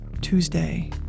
Tuesday